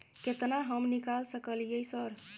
केतना हम निकाल सकलियै सर?